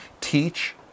teach